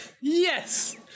yes